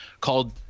called